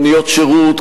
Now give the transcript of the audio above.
מוניות שירות,